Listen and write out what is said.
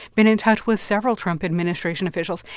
been in touch with several trump administration officials.